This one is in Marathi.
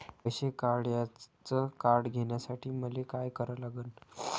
पैसा काढ्याचं कार्ड घेण्यासाठी मले काय करा लागन?